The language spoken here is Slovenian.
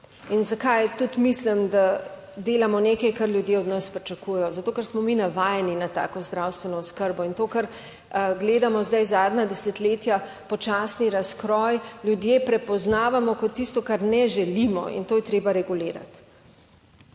in zakaj tudi mislim, da delamo nekaj, kar ljudje od nas pričakujejo, zato, ker smo mi navajeni na tako zdravstveno oskrbo. In to, kar gledamo zdaj zadnja desetletja, počasni razkroj ljudje prepoznavamo kot tisto, kar ne želimo in to je treba regulirati.